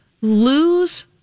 lose